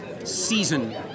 season